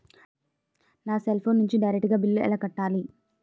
నా cell phone నుంచి direct గా బిల్లు ఎలా కట్టాలి?